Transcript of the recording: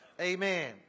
Amen